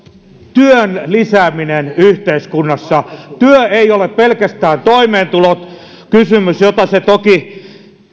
työn lisääminen yhteiskunnassa työ ei ole pelkästään toimeentulokysymys jota se toki